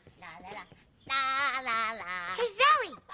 la but la ah la la. hey zoe,